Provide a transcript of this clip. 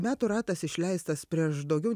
metų ratas išleistas prieš daugiau